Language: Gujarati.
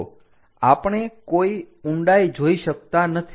તો આપણે કોઈ ઊંડાઈ જોઈ શકતા નથી